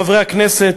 חברי הכנסת,